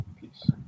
Peace